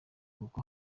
kuko